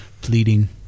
pleading